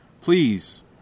Please